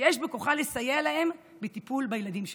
שיש בכוחה לסייע להם בטיפול בילדים שלהם.